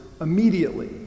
immediately